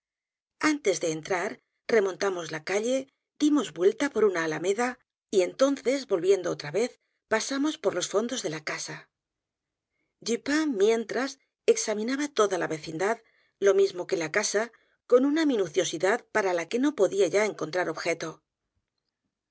antes de entrar remontamos la calle dimos vuelta por una alameda y entonces volviendo otra vez pasamos por los fondos de la casa dupin mientras examinaba toda la vecindad lo mismo que la casa con una minuciosidad p a r a la que no podía yo encontrar objeto